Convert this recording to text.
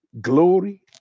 glory